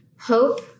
hope